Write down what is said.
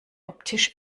optisch